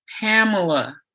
Pamela